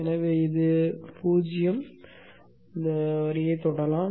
எனவே இது 0 வரியைத் தொடலாம்